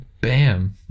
Bam